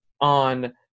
on